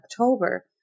October